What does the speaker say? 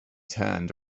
turned